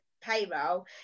payroll